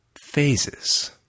phases